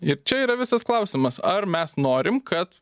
ir čia yra visas klausimas ar mes norim kad